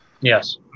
Yes